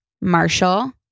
Marshall